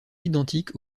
identiques